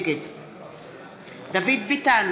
נגד דוד ביטן,